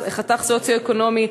חתך סוציו-אקונומי.